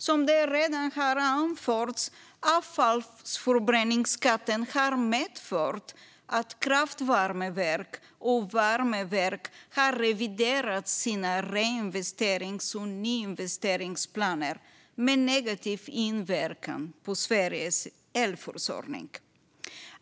Som redan har anförts har skatten medfört att kraftvärmeverk och värmeverk har reviderat sina reinvesterings och nyinvesteringsplaner, med negativ inverkan på Sveriges elförsörjning.